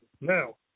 Now